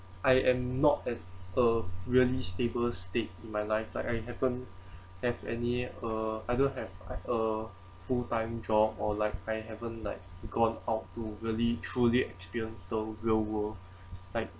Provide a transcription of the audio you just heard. I am not at a really stable state in my life like I happen if any uh I don't have a full time job or like I haven't like gone out to really truly experience the real world like